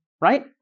Right